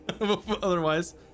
otherwise